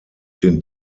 den